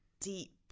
deep